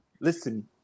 Listen